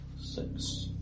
Six